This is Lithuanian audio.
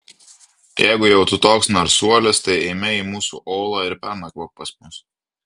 jeigu jau tu toks narsuolis tai eime į mūsų olą ir pernakvok pas mus